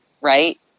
right